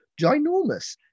ginormous